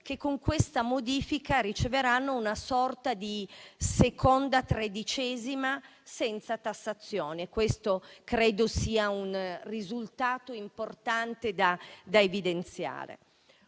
con questa modifica riceveranno una sorta di seconda tredicesima, senza tassazioni: questo credo sia un risultato importante da evidenziare.